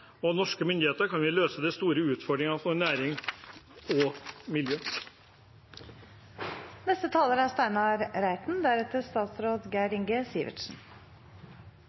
og norske myndigheter kan vi løse de store utfordringene for næring og miljø.